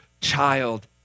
child